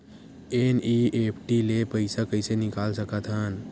NEFT ले पईसा कइसे निकाल सकत हन?